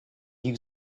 you